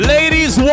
Ladies